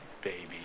baby